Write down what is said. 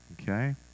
Okay